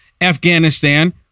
Afghanistan